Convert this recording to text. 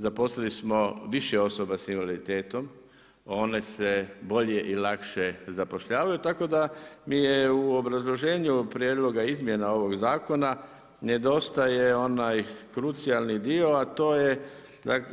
Zaposlili smo više osoba sa invaliditetom, one se bolje i lakše zapošljavaju tako da mi je u obrazloženju prijedloga izmjena ovog zakona, nedostaje onaj krucijalni dio a to je